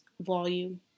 volume